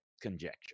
conjecture